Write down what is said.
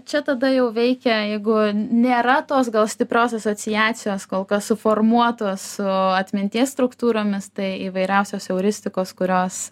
čia tada jau veikia jeigu nėra tos gal stiprios asociacijos kol kas suformuotuos su atminties struktūromis tai įvairiausios euristikos kurios